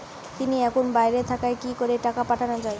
তিনি এখন বাইরে থাকায় কি করে টাকা পাঠানো য়ায়?